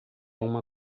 uma